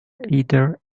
either